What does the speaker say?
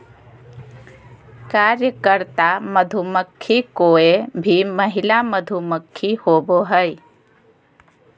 कार्यकर्ता मधुमक्खी कोय भी महिला मधुमक्खी होबो हइ